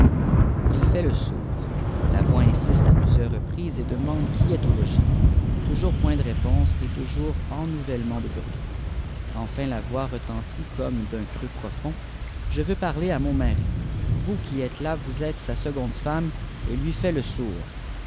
il feit le sourd la voîx insjsfte à plusieurs reprises j et demande qui éstaulogîsl tomours point dp réponse ettoujoun enouvellemeit de bruit entiia voix retentit comme d'un creux profond je veux parler à mon mari vous qui êtes là vous êtes sa seconde fepipae et lui fai le sourd